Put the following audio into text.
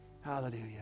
hallelujah